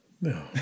No